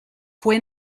fue